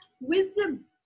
wisdom